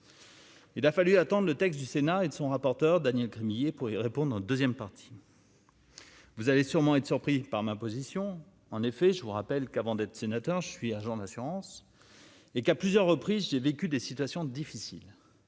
Il a fallu attendent le texte du Sénat et de son rapporteur Daniel Gremillet pour y répondre en 2ème partie. Vous allez sûrement être surpris par ma position, en effet, je vous rappelle qu'avant d'être sénateur, je suis agent d'assurance et qu'à plusieurs reprises, j'ai vécu des situations difficiles,